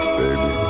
baby